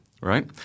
Right